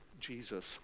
Jesus